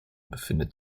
befindet